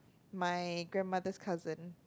my grandmother's cousin